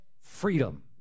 Freedom